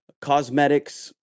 Cosmetics